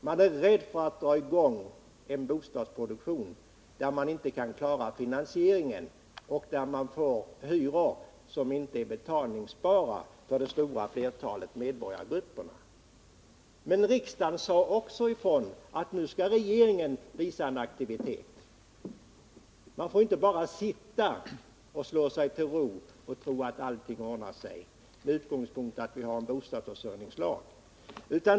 Man är rädd för att dra i gång en bostadsproduktion där man inte kan klara finansieringen och där man får hyror som inte är betalningsbara för det stora flertalet medborgargrupper. Men riksdagen sade också att regeringen nu måste visa aktivitet. Man får inte bara slå sig till ro och sitta och tro att allting ordnar sig bara därför att vi har en bostadsförsörjningslag.